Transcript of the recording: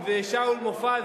אם זה שאול מופז,